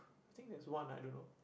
think there's one I don't know